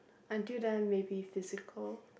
until then maybe physical